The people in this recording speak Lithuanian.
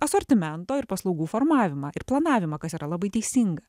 asortimento ir paslaugų formavimą ir planavimą kas yra labai teisinga